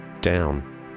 down